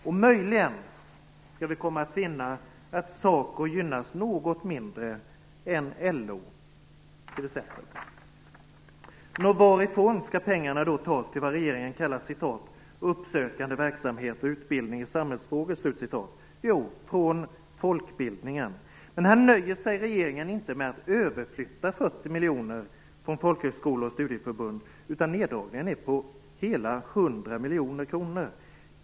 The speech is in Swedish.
Och möjligen skall vi komma att finna att SACO gynnas något mindre än LO t.ex. Varifrån skall då pengarna tas till det regeringen kallar "uppsökande verksamhet och utbildning i samhällsfrågor". Jo, från folkbildningen. Men här nöjer sig inte regeringen med att överflytta 40 miljoner från folkhögskolor och studieförbund, utan neddragningen är på hela 100 miljoner kronor.